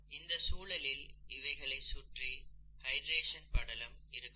இந்த சூழலில் இவைகளை சுற்றி ஹைட்ரேஷன் படலம் இருக்காது